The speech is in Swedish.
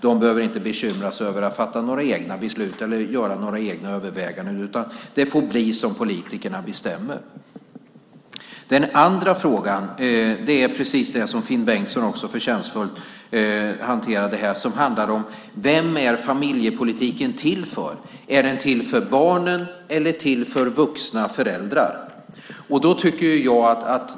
De behöver inte bekymra sig över att behöva fatta egna beslut eller göra några överväganden, utan det får bli som politikerna bestämmer. Den andra frågan är precis det som Finn Bengtsson här så förtjänstfullt hanterade, alltså vem familjepolitiken är till för. Är den till för barnen, eller är den till för vuxna föräldrar?